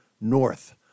north